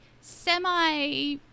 semi